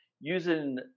using